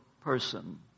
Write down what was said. person